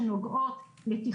צריך לראות מי שותף לו,